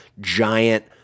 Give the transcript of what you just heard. giant